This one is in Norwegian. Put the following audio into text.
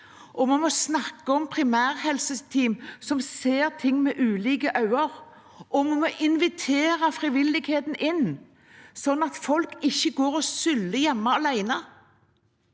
Vi må snakke om primærhelseteam som ser ting med ulike øyne, og vi må invitere frivilligheten inn, sånn at folk ikke går og suller hjemme alene